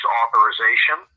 authorization